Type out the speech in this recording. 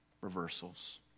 reversals